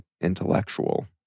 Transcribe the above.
intellectual